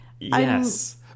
yes